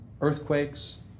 earthquakes